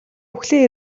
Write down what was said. үхлийн